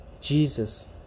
Jesus